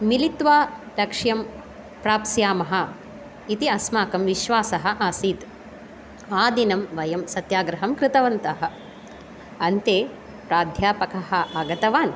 मिलित्वा लक्ष्यं प्राप्स्यामः इति अस्माकं विश्वासः आसीत् आदिनं वयं सत्याग्रहं कृतवन्तः अन्ते प्राध्यापकः आगतवान्